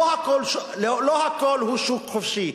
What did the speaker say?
לא הכול הוא שוק חופשי.